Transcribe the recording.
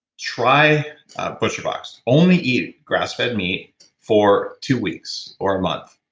try butcher box. only eat grass-fed meat for two weeks or a month,